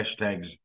hashtags